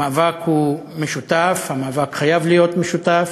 המאבק הוא משותף, המאבק חייב להיות משותף,